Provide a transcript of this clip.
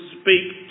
speak